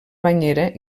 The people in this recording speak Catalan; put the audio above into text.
banyera